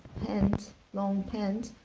pants, long pants.